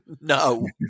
No